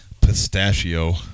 Pistachio